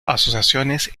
asociaciones